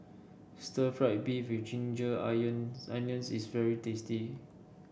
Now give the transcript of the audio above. Stir Fried Beef with Ginger Onions is very tasty